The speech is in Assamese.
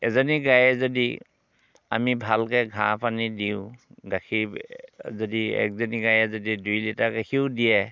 এজনী গায়ে যদি আমি ভালকৈ ঘাঁহ পানী দিওঁ গাখীৰ যদি একজনী গায়ে যদি দুই লিটাৰ গাখীৰো দিয়ে